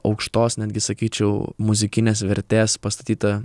aukštos netgi sakyčiau muzikinės vertės pastatyta